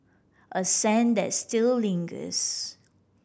a scent that still lingers